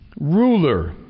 ruler